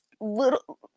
little